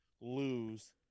lose